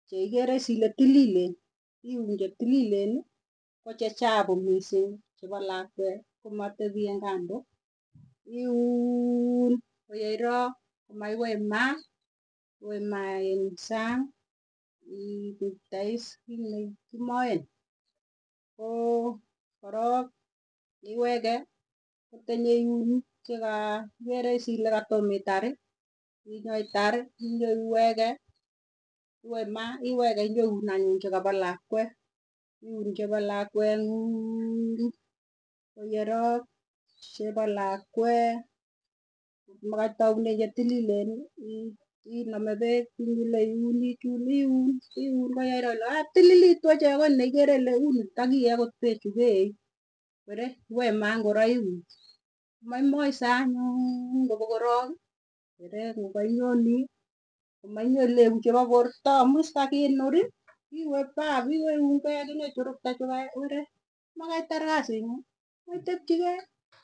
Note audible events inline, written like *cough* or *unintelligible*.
Cheikere iss ile tililen iun che tililen koo che chapuu missiing chepo lakwee komatepii eng' kando. Iuuun koyeirok komaiweemaa weimae sang *unintelligible* kiit ne kimaen. Koo korok iwege kotwa nyoiun cheikere iss ile katomo itarii inyoitarr inyoiwege, iwee maa, iwege inyeiun chepoo lakwee. Wiuun chepooo lakweng'uung' koyerok chepoo lakwee komagaitounee chetililen ii inamepegg ile iunii chun iun koyeiroo ile katililitu ochei agoi neikere ile unii takiee pechuu keei weere wee maa ngoroikuuk komaimasee anyuun kopokorok kepet kokoinyonii komainyereku chepo porta, amuu iss makinurii iwee baff. Iwee iungei asinyeicherukte chukai kuket komakaitar kasii nguung komaitepchigei.